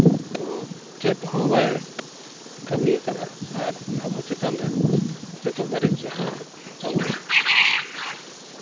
ᱪᱮᱫ ᱦᱚᱸ ᱵᱟᱭ ᱠᱟᱹᱢᱤ ᱟᱠᱟᱫᱟ ᱟᱨ ᱟᱵᱚ ᱪᱮᱛᱟᱱ ᱨᱮ ᱱᱤᱛᱚᱜ ᱫᱷᱟᱹᱨᱤᱡ ᱡᱟᱦᱟᱸ ᱛᱟᱵᱚ